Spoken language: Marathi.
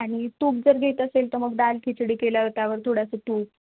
आणि तूप जर घेत असेल तर मग दाल खिचडी केल्या त्यावर थोडंसं तूप